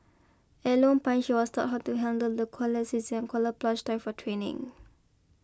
at Lone Pine she was taught how to handle the koalas a koala plush toy for training